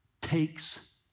takes